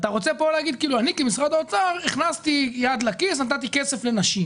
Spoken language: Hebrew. אתה רוצה כאן להגיד שאני כמשרד האוצר הכנסתי יד לכיס ונתתי כסף לנשים.